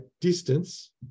distance